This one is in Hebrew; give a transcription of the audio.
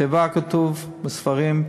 תיבה, כתוב בספרים,